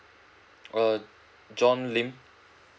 uh john lim